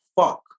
fuck